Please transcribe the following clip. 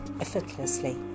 effortlessly